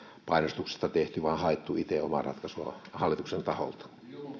painostuksesta tehty vaan on haettu itse omaa ratkaisua hallituksen taholta